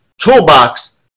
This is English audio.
toolbox